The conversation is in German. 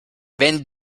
wenn